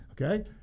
Okay